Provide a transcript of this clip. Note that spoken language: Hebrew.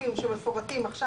גופים שמפורטים עכשיו.